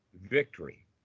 victory